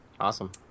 Awesome